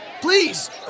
Please